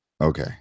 Okay